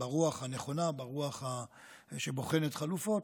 ברוח הנכונה שבוחנת חלופות,